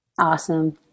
Awesome